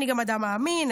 אני גם אדם מאמין,